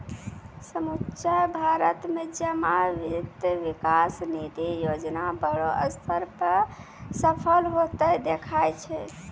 समुच्चा भारत मे जमा वित्त विकास निधि योजना बड़ो स्तर पे सफल होतें देखाय छै